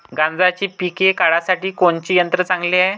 गांजराचं पिके काढासाठी कोनचे यंत्र चांगले हाय?